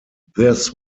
this